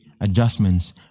adjustments